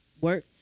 work